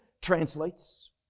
translates